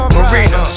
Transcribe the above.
Marina